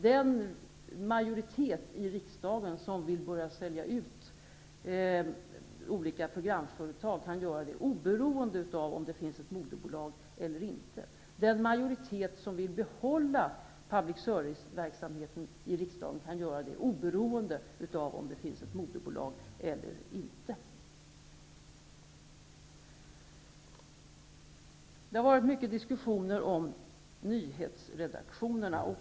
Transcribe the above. Den riksdagsmajoritet som vill sälja ut olika programföretag kan göra det oberoende av om det finns ett moderbolag eller inte. Den riksdagsmajoritet som vill behålla public serviceverksamheten kan göra det oberoende av om det finns ett moderbolag eller inte. Det har varit mycket diskussion om nyhetsredaktionerna.